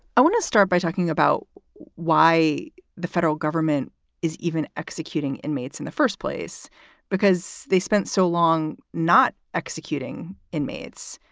i want to start by talking about why the federal government is even executing inmates in the first place because they spent so long not executing inmates.